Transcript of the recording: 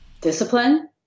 discipline